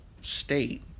state